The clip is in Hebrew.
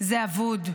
זה אבוד.